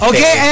Okay